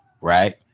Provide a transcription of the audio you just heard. right